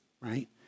right